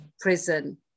prison